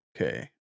Okay